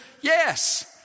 Yes